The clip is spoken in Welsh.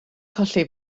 colli